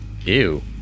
Ew